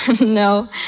No